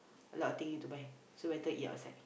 a lot of thing need to buy so better eat outside